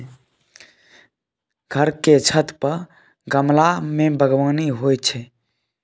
घर के छत पर गमला मे बगबानी होइ छै